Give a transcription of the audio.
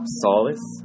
solace